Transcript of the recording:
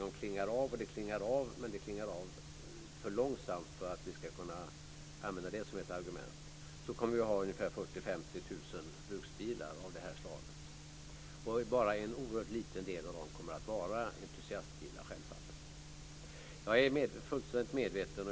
Det här klingar av så småningom, men det klingar av för långsamt för att vi ska kunna använda det som ett argument. Och innan det klingar av kommer vi att ha 40 000-50 000 bruksbilar av det här slaget. Bara en oerhört liten del av dem kommer självfallet att vara entusiastbilar.